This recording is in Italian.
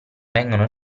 vengono